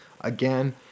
Again